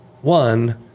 One